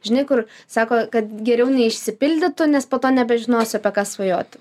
žinai kur sako kad geriau neišsipildytų nes po to nebežinosiu apie ką svajoti